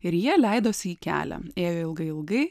ir jie leidosi į kelią ėjo ilgai ilgai